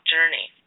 Journey